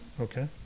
Okay